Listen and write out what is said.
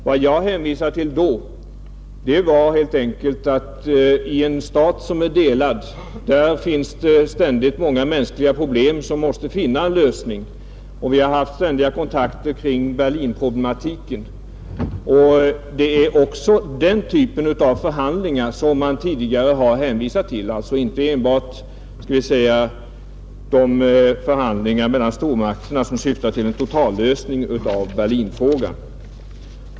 Vad jag hänvisade till var helt enkelt det faktum, att i en stat som är delad finns ständigt många mänskliga problem som måste få en lösning. Vi har haft ständiga kontakter kring Berlinproblematiken. Det är också den typen av förhandlingar man tidigare hänvisat till, alltså inte enbart de förhandlingar mellan stormakterna som syftar till en totallösning av Berlinfrågan.